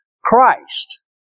Christ